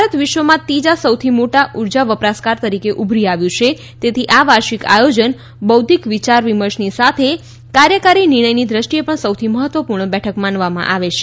ભારત વિશ્વમાં ત્રીજા સૌથી મોટા ઉર્જા વપરાશકાર તરીકે ઉભરી આવ્યું છે તેથી આ વાર્ષિક આયોજન બૌઘ્ઘિક વિચાર વિમર્શની સાથે કાર્યકારી નિર્ણયની દ્રષ્ટીએ પણ સૌથી મહત્વપુર્ણ બેઠક માનવામાં આવે છે